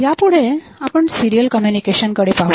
यापुढे आपण serial communication कडे पाहूया